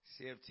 CFT